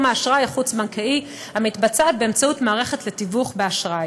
האשראי החוץ-בנקאי המתבצע באמצעות מערכת לתיווך באשראי.